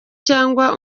cyangwa